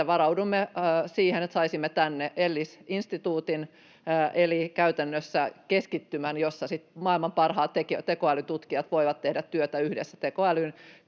että varaudumme siihen, että saisimme tänne ELLIS-instituutin eli käytännössä keskittymän, jossa maailman parhaat tekoälytutkijat voivat tehdä työtä yhdessä tekoälyn